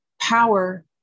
power